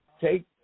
take